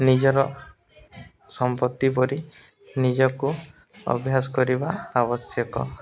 ନିଜର ସମ୍ପତ୍ତି ପରି ନିଜକୁ ଅଭ୍ୟାସ କରିବା ଆବଶ୍ୟକ